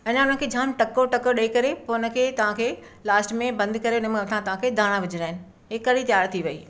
अञां हुन खे जामु टको टको ॾेई करे पोइ हुन खे तव्हां खे लास्ट में बंदि करे हुन जे मथां तव्हां खे दाणा विझणा आहिनि हे कढ़ी तयार थी वई